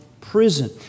prison